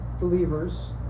believers